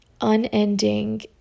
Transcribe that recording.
unending